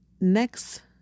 next